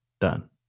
Done